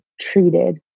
treated